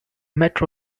metro